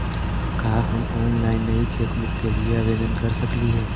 का हम ऑनलाइन नई चेकबुक के लिए आवेदन कर सकली हे